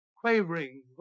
quavering